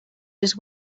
just